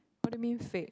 what do you mean fate